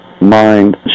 mind